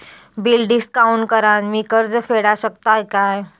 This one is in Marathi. बिल डिस्काउंट करान मी कर्ज फेडा शकताय काय?